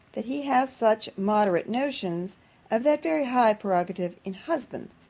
that he has such moderate notions of that very high prerogative in husbands,